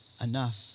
enough